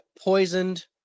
Poisoned